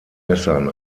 messern